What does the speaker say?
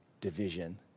division